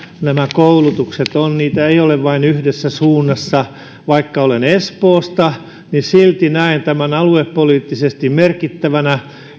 nämä koulutukset ovat niitä ei ole vain yhdessä suunnassa vaikka olen espoosta silti näen tämän aluepoliittisesti merkittävänä